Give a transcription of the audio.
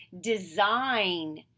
design